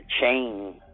chain